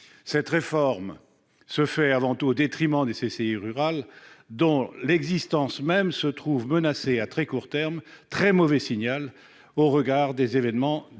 Cette réforme se fait donc avant tout au détriment des CCI rurales dont l'existence même se trouve menacée à très court terme, ce qui est un très mauvais signal au regard des événements des